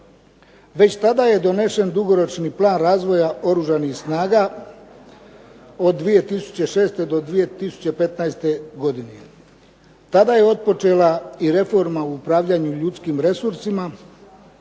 Već tada je donesen Dugoročni plan razvoja Oružanih snaga od 2006. do 2015. godine. Tada je otpočela i reforma u upravljanju ljudskim resursima,